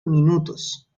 diminutos